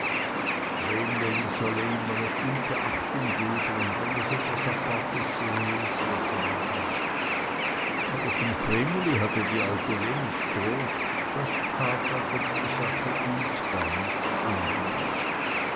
immer gut achtung geben und wenn es etwas apartes sehe es ihr sagen aber von vreneli hatte die alte wenig trost das tat als ob die sache ihns nichts anginge